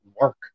work